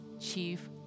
chief